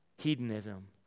Hedonism